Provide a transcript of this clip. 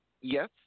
Yes